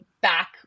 back